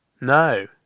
No